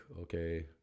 okay